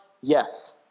Yes